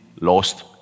lost